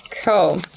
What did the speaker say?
Cool